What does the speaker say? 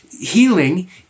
Healing